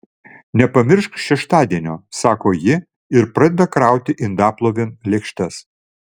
nepamiršk šeštadienio sako ji ir pradeda krauti indaplovėn lėkštes